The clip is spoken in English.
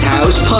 House